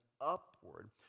upward